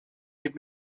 gib